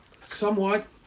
Somewhat